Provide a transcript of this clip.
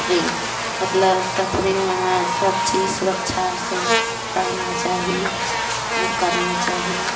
suffering मतलब सफरिन्गमे सबचीज सुरक्षासे रहना चाही ई करना चाही